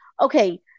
okay